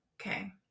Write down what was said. Okay